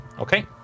Okay